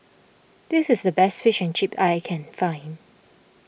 this is the best Fish and Chips that I can find